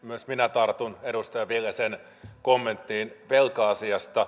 myös minä tartun edustaja viljasen kommenttiin velka asiasta